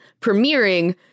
premiering